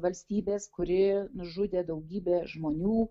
valstybės kuri nužudė daugybę žmonių